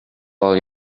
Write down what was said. all